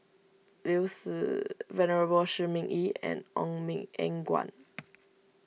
Liu Si Venerable Shi Ming Yi and Ong Eng Guan